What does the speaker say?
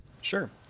Sure